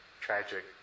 tragic